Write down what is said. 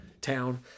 town